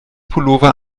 pullover